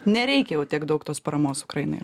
nereikia jau tiek daug tos paramos ukrainai